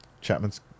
Chapman's